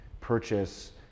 purchase